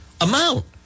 amount